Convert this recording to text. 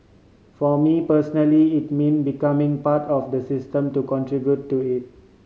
for me personally it mean becoming part of the system to contribute to it